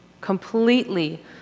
completely